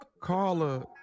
Carla